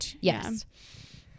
yes